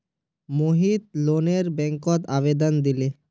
मोहित लोनेर बैंकत आवेदन दिले